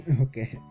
Okay